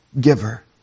giver